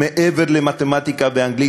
מעבר למתמטיקה ואנגלית,